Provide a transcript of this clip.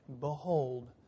Behold